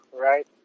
right